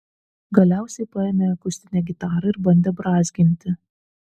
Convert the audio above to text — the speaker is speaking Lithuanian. galiausiai paėmė akustinę gitarą ir bandė brązginti